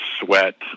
sweat